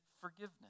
forgiveness